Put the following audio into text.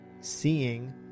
seeing